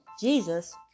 Jesus